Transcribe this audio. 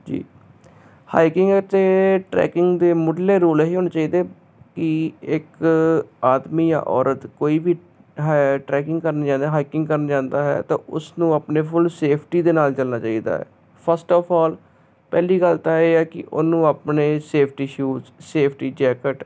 ਜੀ ਹਾਈਕਿੰਗ ਅਤੇ ਟਰੈਕਿੰਗ ਦੇ ਮੁੱਢਲੇ ਰੂਲ ਇਹੀ ਹੋਣੇ ਚਾਹੀਦੇ ਕਿ ਇੱਕ ਆਦਮੀ ਜਾਂ ਔਰਤ ਕੋਈ ਵੀ ਹੈ ਟੈਕਿੰਗ ਕਰਨ ਜਾਂਦਾ ਹੈਕਿੰਗ ਕਰਨ ਜਾਂਦਾ ਹੈ ਤਾਂ ਉਸ ਨੂੰ ਆਪਣੇ ਫੁੱਲ ਸੇਫਟੀ ਦੇ ਨਾਲ ਚੱਲਣਾ ਚਾਹੀਦਾ ਫਸਟ ਆਫ ਆਲ ਪਹਿਲੀ ਗੱਲ ਤਾਂ ਇਹ ਹੈ ਕਿ ਉਹਨੂੰ ਆਪਣੇ ਸੇਫਟੀ ਸੂਜ ਸੇਫਟੀ ਜੈਕਟ